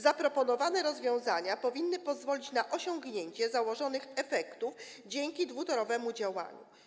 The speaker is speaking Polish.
Zaproponowane rozwiązania powinny pozwolić na osiągnięcie założonych efektów dzięki dwutorowemu działaniu.